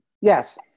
Yes